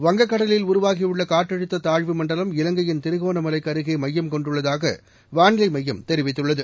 வங்கக்கடலில் உருவாகியுள்ள காற்றழுத்த தாழ்வு மண்டலம் இலங்கையின் திரிகோணமலைக்கு அருகே மையம் கொண்டுள்ளதாக வானிலை மையம் தெரிவித்துள்ளது